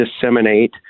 disseminate